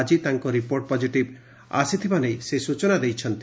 ଆକି ତାଙ୍କ report positive ଆସିଥିବା ନେଇ ସେ ସୂଚନା ଦେଇଛନ୍ତି